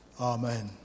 Amen